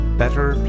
better